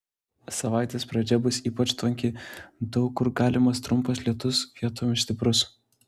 savaitės pradžia bus ypač tvanki daug kur galimas trumpas lietus vietomis stiprus